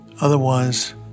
Otherwise